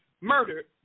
murdered